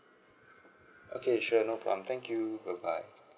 okay sure no problem thank you bye bye